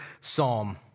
psalm